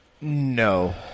No